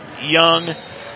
Young